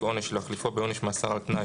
עונש או להחליפו בעונש מאסר על תנאי,